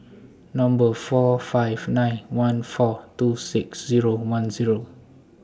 Number four five nine one four two six Zero one Zero